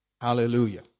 Hallelujah